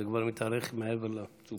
זה כבר מתארך מעבר למצופה.